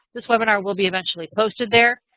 this webinar will be eventually posted there.